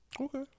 Okay